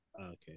Okay